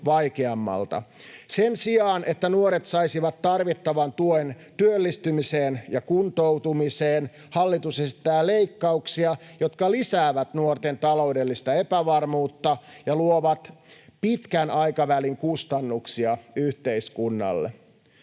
Sen sijaan, että nuoret saisivat tarvittavan tuen työllistymiseen ja kuntoutumiseen, hallitus esittää leikkauksia, jotka lisäävät nuorten taloudellista epävarmuutta ja luovat pitkän aikavälin kustannuksia yhteiskunnalle.